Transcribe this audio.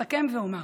אסכם ואומר: